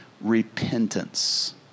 Repentance